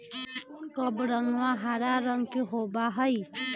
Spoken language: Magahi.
कबरंगा हरा रंग के होबा हई